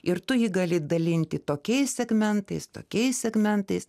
ir tu jį gali dalinti tokiais segmentais tokiais segmentais